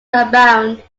abound